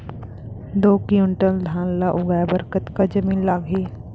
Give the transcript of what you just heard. दो क्विंटल धान ला उगाए बर कतका जमीन लागही?